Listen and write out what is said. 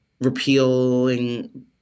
repealing